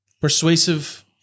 persuasive